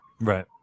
right